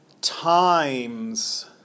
times